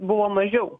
buvo mažiau